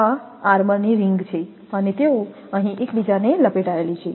આ આર્મરની રિંગ છે અને તેઓ અહીં એક બીજાને લપેટાયેલી છે